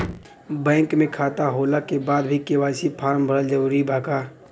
Bank में खाता होला के बाद भी के.वाइ.सी फार्म भरल जरूरी बा का?